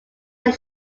are